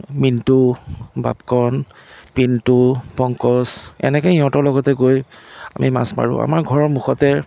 মিণ্টু বাপকণ পিণ্টু পংকজ এনেকে সিহঁতৰ লগতে গৈ আমি মাছ মাৰোঁ আমাৰ ঘৰৰ মুখতে